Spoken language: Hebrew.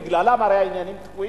בגללם הרי העניינים תקועים,